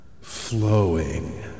flowing